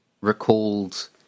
recalled